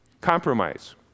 Compromise